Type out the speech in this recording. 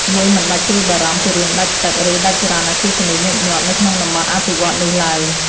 យើងមិនបាច់ព្រួយបារម្ភពីរឿងដាច់ទឹក ឬដាច់ចរន្តអគ្គិសនីញឹកញាប់ នៅក្នុងតំបន់អភិវឌ្ឍន៍នោះឡើយ។